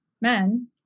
men